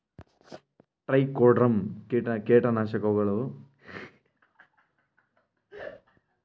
Trichoderma ಕೇಟನಾಶಕವು ಯಾವ ಬೆಳೆಗಳ ಕೇಟಗಳನ್ನು ನಿಯಂತ್ರಿಸುವಲ್ಲಿ ಯಶಸ್ವಿಯಾಗಿದೆ?